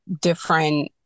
different